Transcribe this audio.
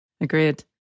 Agreed